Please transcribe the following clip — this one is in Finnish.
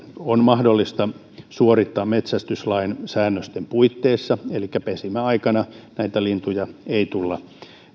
on mahdollista suorittaa metsästyslain säännösten puitteissa elikkä pesimäaikana näitä lintuja ei tulla